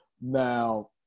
now